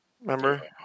Remember